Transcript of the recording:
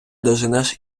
доженеш